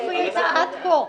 איפה היא הייתה עד כה?